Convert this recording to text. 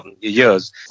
years